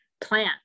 plan